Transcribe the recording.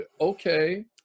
okay